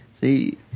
See